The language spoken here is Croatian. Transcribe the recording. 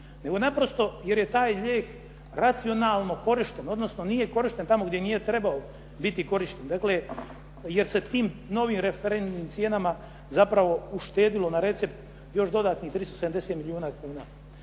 nego naprosto jer je taj lijek racionalno korišten odnosno nije korišten tamo gdje nije trebao biti korišten. Dakle, jer se tim novim referentnim cijenama zapravo uštedilo na recept još dodatnih 370 milijuna kuna.